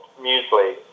muesli